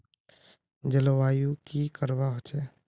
जलवायु की करवा होचे?